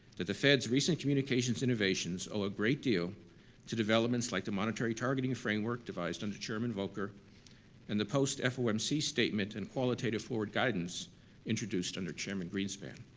that the fed's recent communications innovations owe a great deal to developments like the monetary targeting framework devised under chairman volcker and the post-fomc statement and qualitative forward guidance introduced under chairman greenspan.